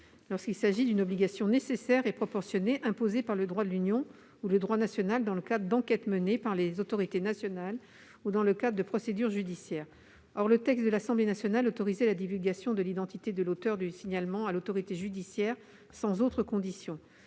lorsqu'il s'agit d'une obligation nécessaire et proportionnée imposée par le droit de l'Union ou le droit national dans le cadre d'enquêtes menées par les autorités nationales ou dans le cas de procédures judiciaires [...]». Or le texte de l'Assemblée nationale autorisait la divulgation de l'identité de l'auteur du signalement à l'autorité judiciaire sans autre condition.